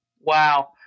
Wow